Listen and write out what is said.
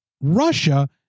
Russia